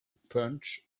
punch